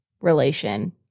relation